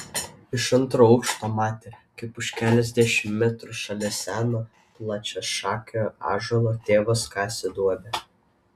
iš antro aukšto matė kaip už keliasdešimt metrų šalia seno plačiašakio ąžuolo tėvas kasė duobę